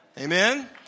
Amen